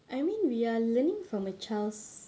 I mean we are learning from a child's